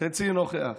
חצי נוכח.